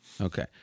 Okay